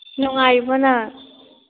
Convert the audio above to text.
ꯅꯨꯡꯉꯥꯏꯔꯤꯕꯣ ꯅꯪ